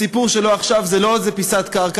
הסיפור שלו עכשיו זה לא איזה פיסת קרקע,